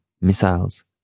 missiles